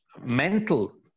mental